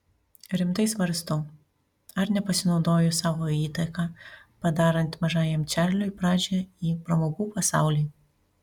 rimtai svarstau ar nepasinaudojus savo įtaka padarant mažajam čarliui pradžią į pramogų pasaulį